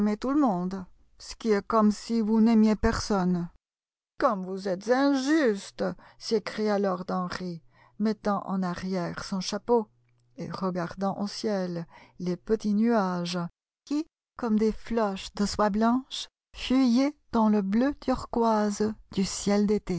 tout le monde ce qui est comme si vous n'aimiez personne comme vous êtes injuste s'écria lord henry mettant en arrière son chapeau et regardant au ciel les petits nuages qui comme des floches de soie blanche fuyaient dans le bleu turquoise du ciel